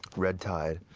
red tide.